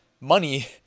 money